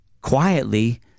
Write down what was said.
quietly